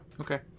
Okay